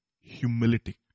humility